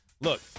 Look